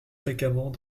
fréquemment